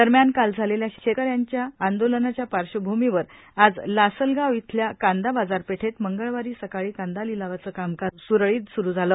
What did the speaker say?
दरम्यान काल झालेल्या शेजाऱ्यांच्या आंदोलनाच्या पार्श्वभूमीवर आज लासलगाव येथील कांदा बाजारपेठेत आज सकाळी कांदा लिलावाचे कामकाज सुरळीत सुरू झाले